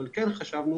אבל חשבנו